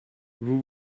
vous